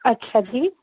अच्छा जी